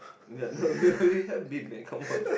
ya no you you have been man come on